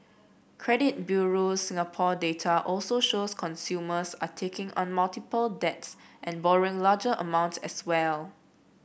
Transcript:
credit Bureau Singapore data also shows consumers are taking on multiple debts and borrowing larger amounts as well